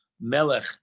Melech